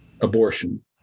abortion